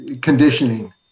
conditioning